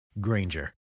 Granger